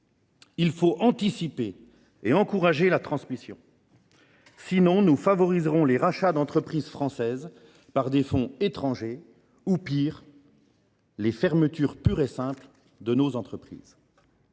Il faut anticiper et encourager la transmission. À défaut, nous favoriserons les rachats d’entreprises françaises par des fonds étrangers ou, pis, leur fermeture pure et simple. Toucher